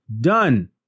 Done